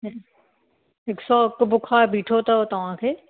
हिकु सौ हिकु बुख़ार बीठो अथव तव्हां खे